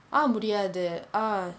ah முடியாது:mudiyaathu ah